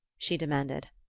she demanded.